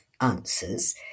Answers